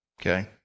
Okay